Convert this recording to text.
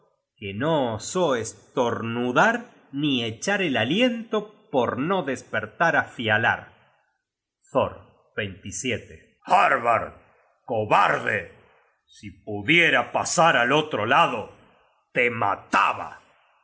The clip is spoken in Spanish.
que no osó estornudar ni echar el aliento por no despertar á fialar thor harbard cobarde si pudiera pasar al otro lado te mataba